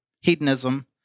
hedonism